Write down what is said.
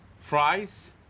fries